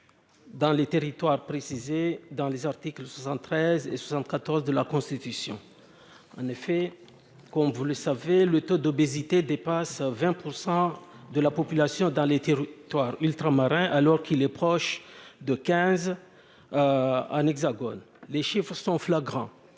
dans les territoires dans les articles 73 et 74 de la Constitution, en effet, qu'on voulait sauver le taux d'obésité dépasse 20 % de la population dans les territoires ultramarins alors qu'il est proche de 15 un hexagone, les chiffres sont flagrants